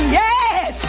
yes